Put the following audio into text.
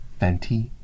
Fenty